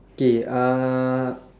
K uh